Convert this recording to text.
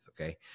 okay